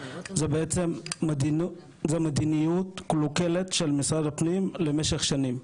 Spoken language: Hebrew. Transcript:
זה בעצם מדיניות קלוקלת של משרד הפנים למשך שנים,